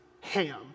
ham